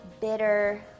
bitter